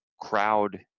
crowd